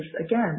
again